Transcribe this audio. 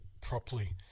properly